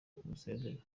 kumusezera